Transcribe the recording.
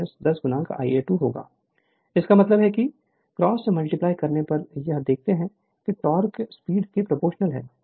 Refer Slide Time 2747 इसका मतलब है कि क्रॉस मल्टीप्लाई करने पर यह देखते हैं की टोक़ क्यूब स्पीड के प्रपोजनल है